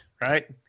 right